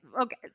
Okay